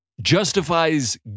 justifies